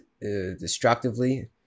destructively